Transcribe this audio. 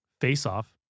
face-off